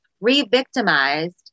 re-victimized